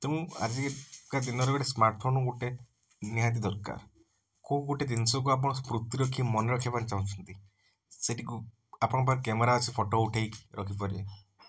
ତେଣୁ ଆଜିକା ଦିନ ରେ ସ୍ମାର୍ଟ ଫୋନ ଗୋଟେ ନିହାତି ଦରକାର କେଉଁ ଗୋଟେ ଜିନିଷ କୁ ଆପଣ ସ୍ମୃତି ରଖି ମନେ ରଖିବାକୁ ଚାହୁଁଛନ୍ତି ସେଠି ଗୁ ଆପଣଙ୍କ ପାଖରେ କ୍ୟାମେରା ଅଛି ଫଟୋ ଉଠାଇ କି ରଖିପାରିବେ